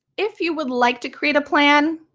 if you would like to create a plan,